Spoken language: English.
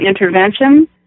intervention